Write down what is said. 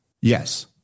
Yes